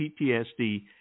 PTSD